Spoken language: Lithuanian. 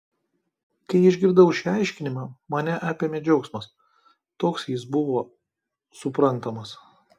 kai išgirdau šį aiškinimą mane apėmė džiaugsmas toks jis buvo suprantamas